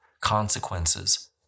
consequences